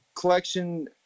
collection